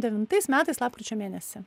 devintais metais lapkričio mėnesį